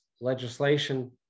legislation